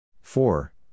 four